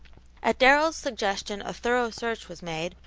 at darrell's suggestion a thorough search was made,